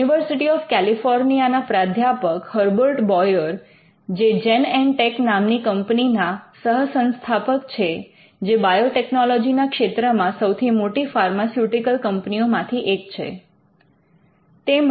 university of California ના પ્રાધ્યાપક Herbert Boyer જે જેનેન્ટેક નામની કંપનીના સહ સંસ્થાપક છે જે બાયોટેકનોલોજી ના ક્ષેત્રમાં સૌથી મોટી ફાર્માસ્યુટિકલ કંપનીઓ માંથી એક છે